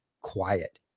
quiet